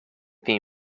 theme